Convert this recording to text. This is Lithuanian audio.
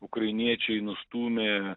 ukrainiečiai nustūmė